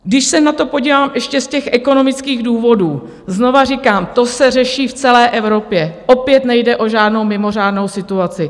Když se na to podívám ještě z těch ekonomických důvodů, znovu říkám, to se řeší v celé Evropě, opět nejde o žádnou mimořádnou situaci.